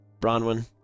Bronwyn